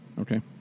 Okay